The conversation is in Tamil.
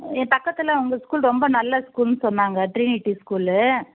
இங்கே பக்கத்தில் உங்கள் ஸ்கூல் ரொம்ப நல்ல ஸ்கூல்ன்னு சொன்னாங்க ட்ரினிட்டி ஸ்கூலு